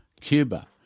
Cuba